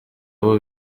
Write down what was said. abo